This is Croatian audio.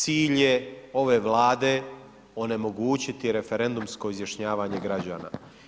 Cilj je ove Vlade onemogućiti referendumsko izjašnjavanje građana.